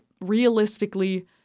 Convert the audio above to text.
realistically